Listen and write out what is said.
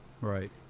Right